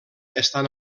estan